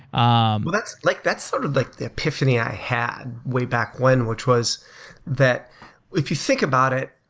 um but that's like that's sort of the epiphany i had way back when, which was that if you think about it,